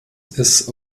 ist